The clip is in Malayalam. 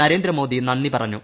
നരേന്ദ്രമോദി നന്ദി പറഞ്ഞു